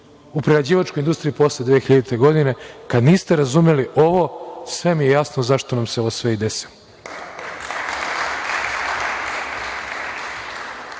u prerađivačkoj industriji posle 2000. godine. Kada niste razumeli ovo, sve mi je jasno zašto nam se sve ovo desilo. Meni